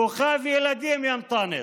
כוכב ילדים, יא אנטאנס,